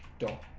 dot